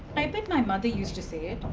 i think my mother used to say it.